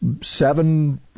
seven